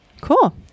cool